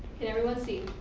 can everybody see?